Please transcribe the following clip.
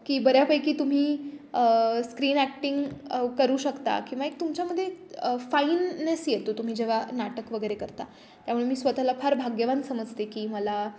की बऱ्यापैकी तुम्ही स्क्रीन ॲक्टिंग करू शकता किंवा एक तुमच्यामध्ये एक फाईननेस येतो तुम्ही जेव्हा नाटक वगैरे करता त्यामुळे मी स्वतःला फार भाग्यवान समजते की मला